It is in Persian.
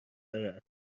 دارد